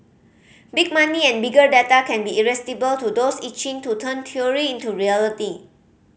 big money and bigger data can be irresistible to those itching to turn theory into reality